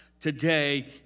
today